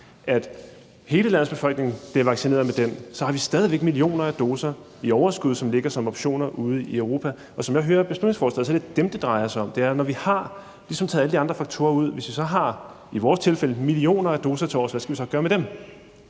at hele den danske befolkning bliver vaccineret med den, så har vi stadig væk millioner af doser i overskud, som ligger som optioner ude i Europa. Som jeg læser beslutningsforslaget, er det dem, det drejer sig om. Når vi ligesom har taget alle de andre faktorer ud, og hvis vi så som i vores tilfælde har millioner af doser tilovers, hvad skal vi så gøre med dem?